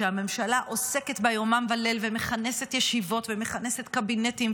שהממשלה עוסקת בה יומם וליל ומכנסת ישיבות ומכנסת קבינטים,